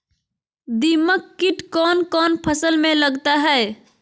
दीमक किट कौन कौन फसल में लगता है?